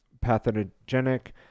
pathogenic